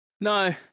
No